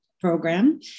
program